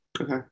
Okay